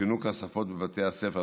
הותקנו כספות בבתי הספר,